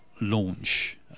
launch